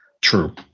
true